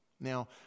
Now